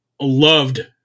loved